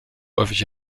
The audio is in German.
häufig